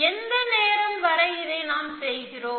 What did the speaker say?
எந்த நேரம் வரை நாம் இதை செய்கிறோம்